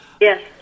Yes